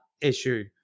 issue